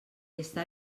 estar